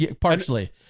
Partially